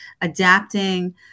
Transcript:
adapting